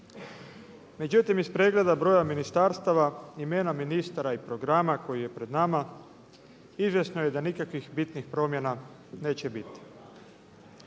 Međutim, iz pregleda broja ministarstava, imena ministara i programa koji je pred nama izvjesno je da nikakvih bitnih promjena neće biti.